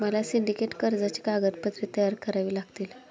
मला सिंडिकेट कर्जाची कागदपत्रे तयार करावी लागतील